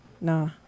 Nah